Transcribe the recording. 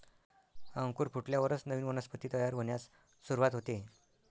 अंकुर फुटल्यावरच नवीन वनस्पती तयार होण्यास सुरूवात होते